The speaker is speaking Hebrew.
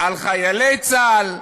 על חיילי צה"ל?